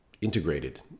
integrated